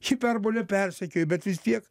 hiperbolę persekioja bet vis tiek